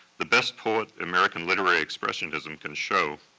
the best poet american literary expressionism can show.